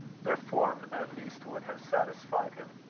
their form at least would have satisfied him.